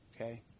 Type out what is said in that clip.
Okay